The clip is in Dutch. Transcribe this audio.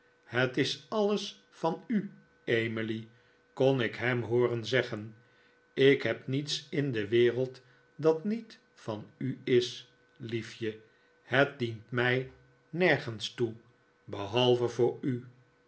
het is alles van u emily kon ik hem hooren zeggen ik heb niets in de wereld dat niet van u is liefje het dient mij nergens toe behalve voor u